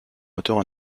moteurs